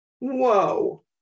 Whoa